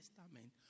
Testament